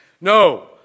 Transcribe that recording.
No